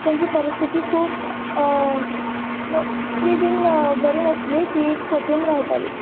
तेंची परिस्थीत खूब तित तितली बी बरी नाशिल्ली ती खोपीन रावताली